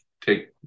take